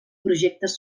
projectes